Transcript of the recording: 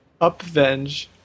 Upvenge